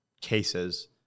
cases